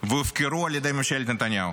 והופקרו על ידי ממשלת נתניהו